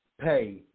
pay